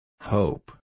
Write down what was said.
Hope